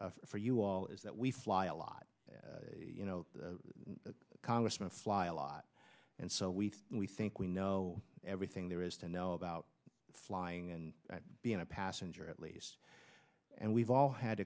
that for you all is that we fly a lot you know congressman fly a lot and so we we think we know everything there is to know about flying and being a passenger at least and we've all had